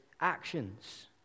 actions